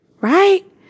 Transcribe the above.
right